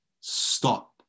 stop